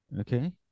Okay